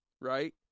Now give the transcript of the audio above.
right